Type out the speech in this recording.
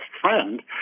friend